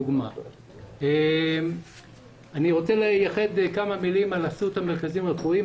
אני רוצה לייחד כמה מלים על אסותא מרכזית רפואיים.